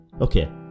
Okay